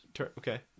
okay